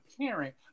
parent